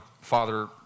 father